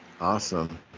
awesome